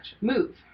move